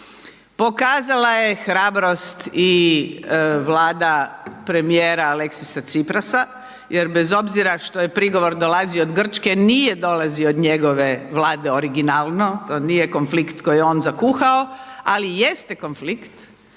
Pokazala je hrabrost i Vlada premijera Aleksisa Ciprasa jer bez obzira što je prigovor dolazio od Grčke, nije dolazio od njegove Vlade originalno, to nije konflikt koji je on zakuhao, ali jeste konflikt